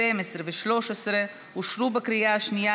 12 ו-13 אושרו בקריאה השנייה,